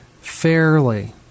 fairly